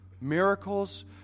Miracles